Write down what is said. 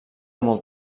molt